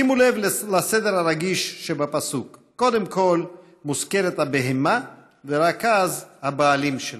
שימו לב לסדר הרגיש שבפסוק: קודם כול מוזכרת הבהמה ורק אז הבעלים שלה.